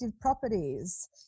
properties